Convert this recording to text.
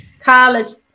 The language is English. Carla's